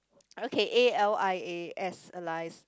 okay A L I A S alias